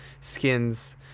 skins